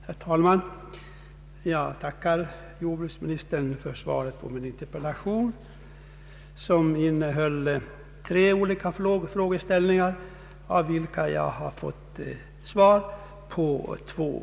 Herr talman! Jag tackar jordbruksministern för svaret på min interpellation vilken innehöll tre olika frågeställningar. Av dessa har jag fått svar på två.